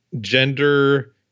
gender